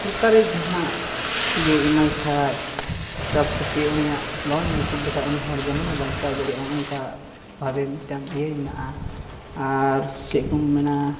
ᱥᱚᱨᱠᱟᱨᱤ ᱡᱟᱦᱟᱱᱟᱜ ᱤᱭᱟᱹ ᱮᱢᱟᱭ ᱠᱷᱟᱡ ᱥᱟᱵᱥᱤᱴᱤ ᱩᱱᱤᱭᱟᱜ ᱞᱳᱱᱮ ᱢᱩᱠᱩᱵ ᱞᱮᱠᱷᱟᱡ ᱩᱱᱤ ᱦᱚᱲ ᱡᱮᱢᱚᱱᱮ ᱵᱟᱧᱪᱟᱣ ᱫᱟᱲᱮᱭᱟᱜᱼᱟ ᱚᱱᱠᱟ ᱵᱷᱟᱵᱮ ᱢᱤᱫᱴᱟᱝ ᱤᱭᱟᱹ ᱢᱮᱱᱟᱜᱼᱟ ᱟᱨ ᱪᱮᱫ ᱠᱚ ᱢᱮᱱᱟ